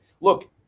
look